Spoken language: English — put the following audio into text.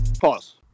Pause